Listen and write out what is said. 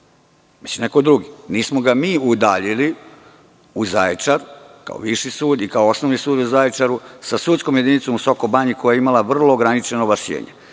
već neko drugi. Nismo ga mi udaljili u Zaječar kao viši sud i kao osnovni sud u Zaječaru sa sudskom jedinicom u Soko Banji, koja je imala vrlo ograničeno ovlašćenje.